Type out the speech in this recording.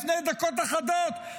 לפני דקות אחדות,